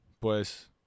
Pues